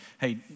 Hey